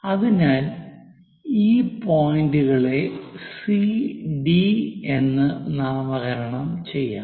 അതിനാൽ ഈ പോയിന്റുകളെ സി ഡി C D എന്ന് നാമകരണം ചെയ്യാം